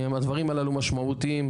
הדברים הללו משמעתיים